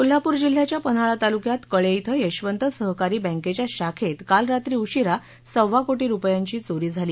कोल्हापूर जिल्ह्याच्या पन्हाळा तालुक्यात कळे श्वंत सहकारी बँकेच्या शाखेत काल रात्री उशिरा सव्वा कोटी रुपयांची चोरी झाली